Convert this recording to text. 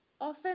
Often